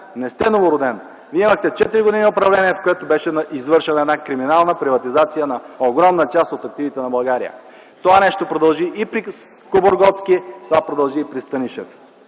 Не сте новороден! Вие имахте четири години управление, в което беше извършена една криминална приватизация на огромна част от активите на България. Това нещо продължи и при Кобургготски, това продължи и при Станишев.